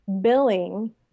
billing